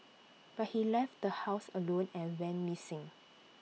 but he left the house alone and went missing